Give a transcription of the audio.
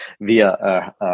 via